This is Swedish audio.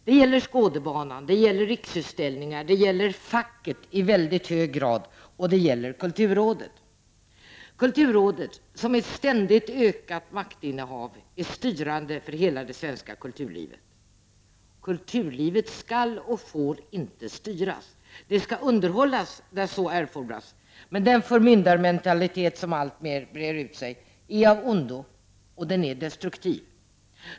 Det gäller Skådebanan, Riksutställningar och i väldigt hög grad facket, och det gäller kulturrådet, som genom ett ständigt ökat maktinnehav är styrande för hela det svenska kulturlivet. Kulturlivet skall inte och får inte styras. Det skall underhållas där så erfordras, men den förmyndarmentalitet som alltmer breder ut sig är av ondo, och den är destruktiv.